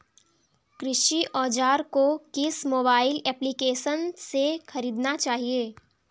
कृषि औज़ार को किस मोबाइल एप्पलीकेशन से ख़रीदना चाहिए?